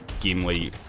Gimli